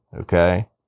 Okay